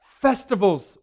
festivals